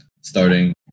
starting